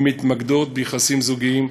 המתמקדות ביחסים זוגיים,